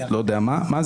אני לא יודע מה זה,